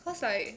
cause like